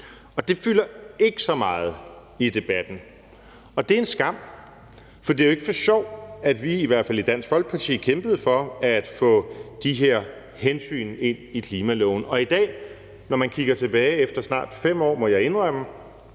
Og det fylder ikke så meget i debatten, og det er en skam. For det er jo ikke for sjov, at vi i hvert fald i Dansk Folkeparti kæmpede for at få de her hensyn ind i klimaloven, og jeg må i dag, når jeg kigger tilbage efter snart 5 år, indrømme,